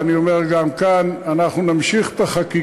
ואני אומר גם כאן: אחרי הקריאה הראשונה אנחנו נמשיך את החקיקה,